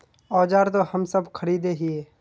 औजार तो हम सब खरीदे हीये?